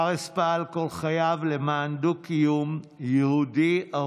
פארס פעל כל חייו למען דו-קיום יהודי-ערבי,